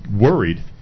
worried